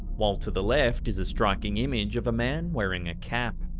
while to the left is a striking image of a man wearing a cap.